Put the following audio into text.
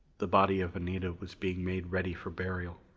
the body of anita was being made ready for burial.